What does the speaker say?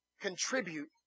contribute